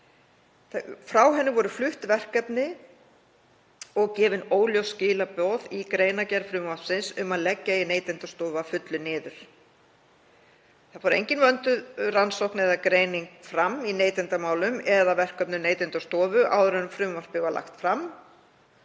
Frá henni voru flutt verkefni og gefin óljós skilaboð í greinargerð frumvarpsins um að leggja eigi Neytendastofu að fullu niður. Það fór engin vönduð rannsókn eða greining fram í neytendamálum eða verkefnum Neytendastofu áður en frumvarpið var lagt fram